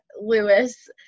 Lewis